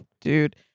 Dude